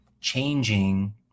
changing